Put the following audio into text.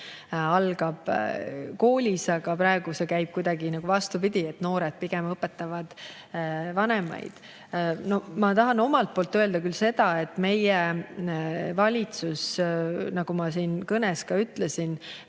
algab koolis, aga praegu see käib kuidagi vastupidi, et noored pigem õpetavad vanemaid. Ma tahan küll omalt poolt öelda seda, et nagu ma kõnes ka ütlesin,